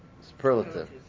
superlative